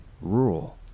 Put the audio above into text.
rural